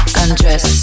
undress